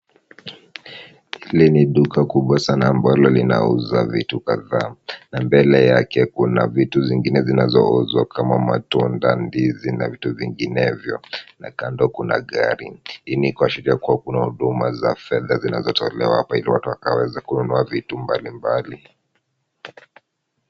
Hili ni duka kubwa sana ambalo linauza vitu kadhaa na mbele yake kuna vitu zingine zinazouzwa kama matunda, ndizi na vitu vinginevyo na kando kuna gari. Hii ni kuashiria kuwa kuna huduma za fedha zinazotolewa hapa ili watu waweze kununua vitu mbalimbali.